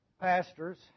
pastors